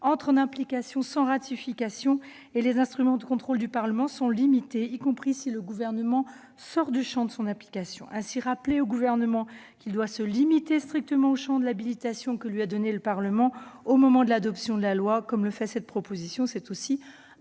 entrent en application sans ratification et les instruments de contrôle du Parlement sont limités, y compris si le Gouvernement sort du champ de son habilitation. Ainsi, rappeler au Gouvernement qu'il doit strictement se limiter au champ de l'habilitation qui lui a été accordée par le Parlement au moment de l'adoption de la loi, comme le fait cette proposition de loi, c'est aussi exercer